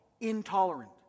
intolerant